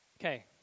Okay